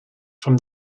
from